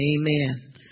Amen